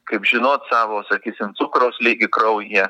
kaip žinot savo sakysim cukraus lygį kraujyje